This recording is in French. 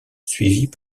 suivies